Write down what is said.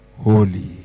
holy